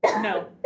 No